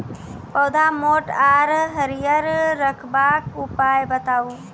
पौधा मोट आर हरियर रखबाक उपाय बताऊ?